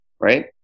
right